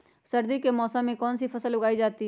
सर्दी के मौसम में कौन सी फसल उगाई जाती है?